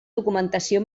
documentació